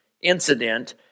incident